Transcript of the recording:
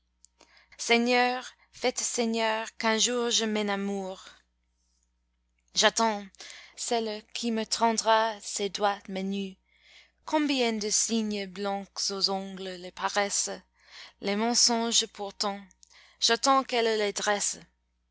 seigneur faites seigneur qu'un jour je m'enamoure j'attends celle qui me tendra ses doigts menus combien de signes blancs aux ongles les paresses les mensonges pourtant j'attends qu'elle les dresse